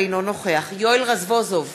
אינו נוכח יואל רזבוזוב,